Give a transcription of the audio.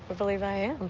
but believe i am.